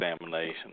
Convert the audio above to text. examination